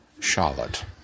Charlotte